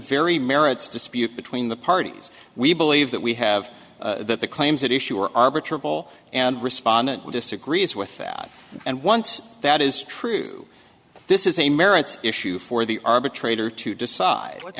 very merits dispute between the parties we believe that we have that the claims that issue or arbiter of all and respondent disagrees with that and once that is true this is a merits issue for the arbitrator to decide what's